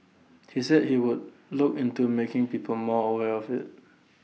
he said he would look into making people more aware of IT